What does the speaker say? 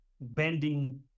bending